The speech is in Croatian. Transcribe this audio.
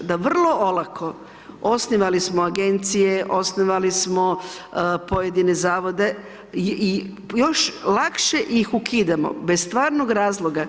Da vrlo olako osnivali smo agencije, osnivali smo pojedine zavode i još lakše ih ukidamo bez stvarnog razloga.